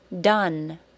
done